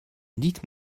dites